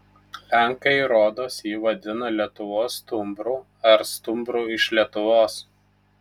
lenkai rodos jį vadina lietuvos stumbru ar stumbru iš lietuvos